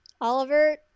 Oliver